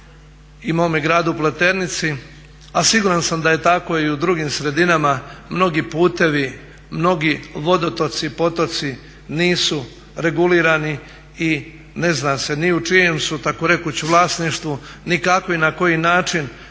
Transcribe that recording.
i mome gradu Pleternici a siguran sam da je tako i u drugim sredinama, mnogi putovi, mnogi vodotoci, potoci nisu regulirani i ne zna se ni u čijem su takorekuć vlasništvu ni kako i na koji način